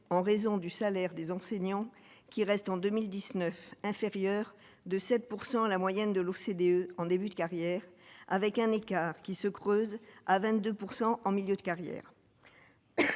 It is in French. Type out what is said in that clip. en raison du salaire des enseignants qui reste en 2019 inférieur de 7 pourcent la moyenne de l'OCDE en début de carrière avec un écart qui se creuse à 22 pourcent en milieu de carrière